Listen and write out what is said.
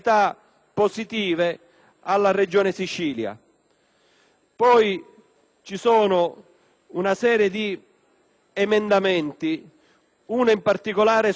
sono poi una serie di emendamenti, uno in particolare sulla viabilità minore, che è stata scippata